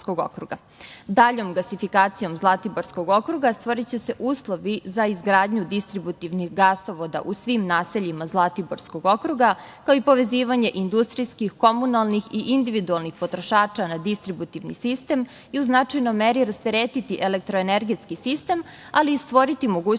Daljom gasifikacijom Zlatiborskog okruga stvoriće se uslovi za izgradnju distributivnih gasovoda u svim naseljima Zlatiborskog okruga, kao i povezivanje industrijskih, komunalnih i individualnih potrošača na distributivni sistem i u značajnoj meri rasteretiti elektroenergetski sistem, ali i stvoriti mogućnost